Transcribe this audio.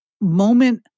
moment